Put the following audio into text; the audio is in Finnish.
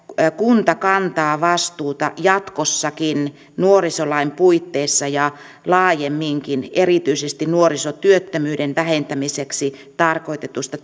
kunta kantaa vastuuta jatkossakin nuorisolain puitteissa ja laajemminkin erityisesti nuorisotyöttömyyden vähentämiseksi tarkoitetuista